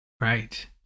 Right